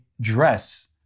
dress